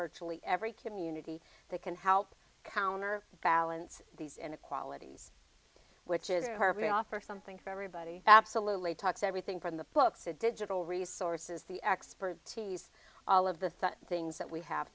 virtually every community they can help counter balance these inequalities which is we offer something for everybody absolutely talks everything from the books a digital resources the expertise all of the things that we have